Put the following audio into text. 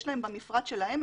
יש להם במפרט שלהם,